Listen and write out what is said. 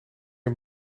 een